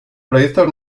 proyectos